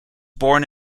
born